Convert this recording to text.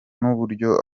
n’uburyo